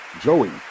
Joey